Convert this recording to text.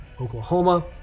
Oklahoma